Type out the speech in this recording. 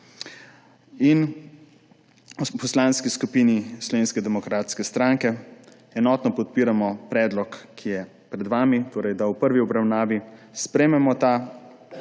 V Poslanski skupini Slovenske demokratske stranke enotno podpiramo predlog, ki je pred vami, torej da v prvi obravnavi sprejmemo ta